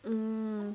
um